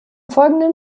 folgenden